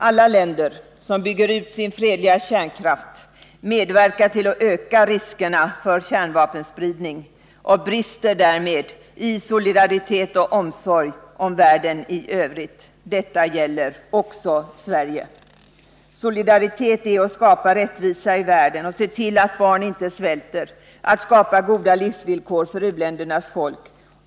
Alla länder som bygger ut sin fredliga kärnkraft medverkar till att öka riskerna för kärnvapenspridning och brister därmed i solidaritet och omsorg om världen i övrigt. Detta gäller också Sverige. Solidaritet är att skapa rättvisa i världen, att se till att barn inte svälter, att skapa goda livsvillkor för u-ländernas folk.